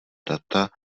data